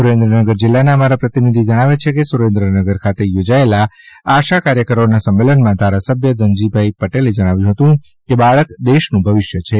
સુરેન્દ્રનગર જિલ્લાના અમારા પ્રતિનિધિ જણાવે છે કે સુરેન્દ્રનગર ખાતે યોજાયેલા આશા કાર્યક્રરોના સંમેલનમાં ધારાસભ્ય ધનજીભાઇ પટેલે જણાવ્યું કે બાળક દેશનું ભવિષ્ય છે